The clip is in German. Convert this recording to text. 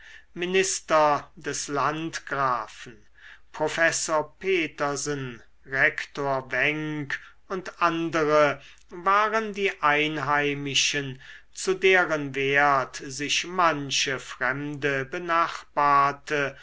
minister des landgrafen professor petersen rektor wenck und andere waren die einheimischen zu deren wert sich manche fremde benachbarte